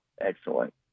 Excellent